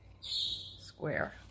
square